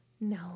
No